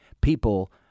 people